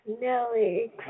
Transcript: Nelly